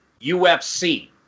UFC